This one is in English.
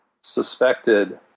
suspected